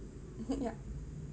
ya